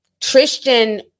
Tristan